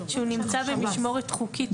כשהוא נמצא במשמורת חוקית,